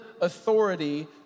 authority